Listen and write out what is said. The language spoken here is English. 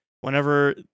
whenever